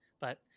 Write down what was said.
But-